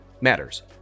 matters